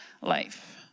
life